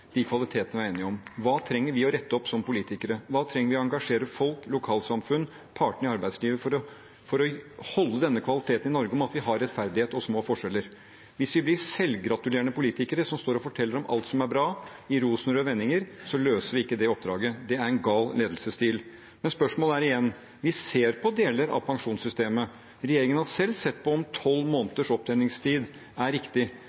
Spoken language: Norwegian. de kvalitetene vi er enige om. Hva trenger vi å rette opp som politikere? Hva trenger vi å engasjere folk i – lokalsamfunn, partene i arbeidslivet – for å holde denne kvaliteten i Norge, at vi har rettferdighet og små forskjeller? Hvis vi blir selvgratulerende politikere som står og forteller i rosenrøde vendinger om alt som er bra, løser vi ikke det oppdraget. Det er en gal ledelsesstil. Jeg stiller spørsmålet igjen. Vi ser på deler av pensjonssystemet, regjeringen har selv sett på om 12 måneders opptjeningstid er riktig,